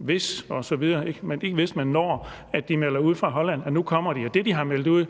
ikke er et spørgsmål om hvis, men når de melder ud fra Holland, at nu kommer de. Og det, de har meldt ud,